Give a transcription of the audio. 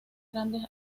grandes